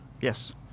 yes